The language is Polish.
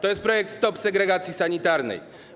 To jest projekt: stop segregacji sanitarnej.